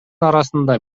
арасында